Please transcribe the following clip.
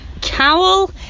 cowl